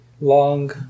long